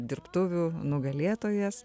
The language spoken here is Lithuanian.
dirbtuvių nugalėtojas